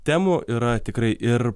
temų yra tikrai ir